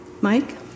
Mike